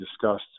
discussed